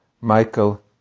Michael